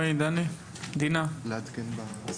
כן.